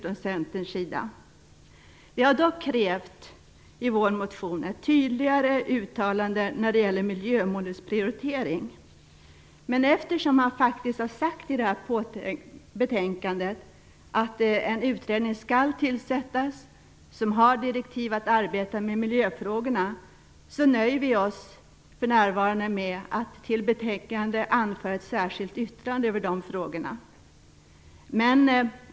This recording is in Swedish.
Vi har dock i vår motion krävt ett tydligare uttalande när det gäller miljömålets prioritering. Men eftersom man faktiskt i detta betänkande skriver att en utredning skall tillsättas som har direktiv att arbeta med miljöfrågorna nöjer vi oss för närvarande med att till betänkandet foga ett särskilt yttrande över de frågorna.